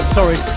sorry